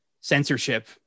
censorship